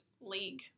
league